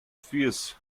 fish